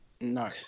No